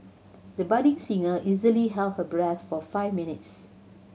the budding singer easily held her breath for five minutes